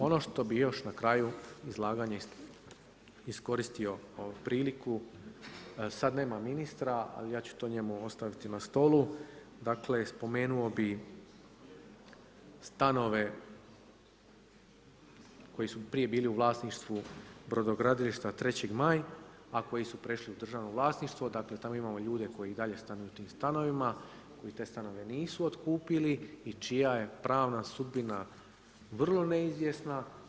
Ono što bi još na kraju izlaganja iskoristio priliku, sada nema ministra, ali ja ću to njemu ostaviti na stolu, dakle, spomenuo bi stanove, koji su prije bili u vlasništvu brodogradilišta Trećeg maj, a koji su prešli u državno vlasništvo, dakle, tamo imamo ljude koji i dalje stanuju u tim stanovima i te stanove nisu otkupili i čija je pravna sudbina vrlo neizvjesna.